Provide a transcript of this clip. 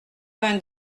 vingt